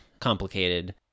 complicated